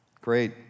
Great